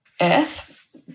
earth